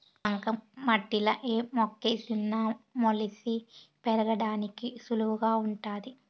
ఈ బంక మట్టిలా ఏ మొక్కేసిన మొలిసి పెరిగేదానికి సులువుగా వుంటాది